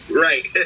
Right